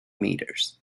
meters